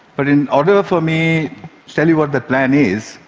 but in order for me to tell you what that plan is,